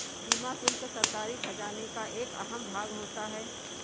सीमा शुल्क सरकारी खजाने का एक अहम भाग होता है